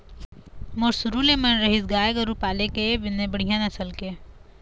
मोर शुरु ले मन रहिस गाय गरु पाले के बने बड़िहा नसल के